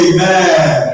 Amen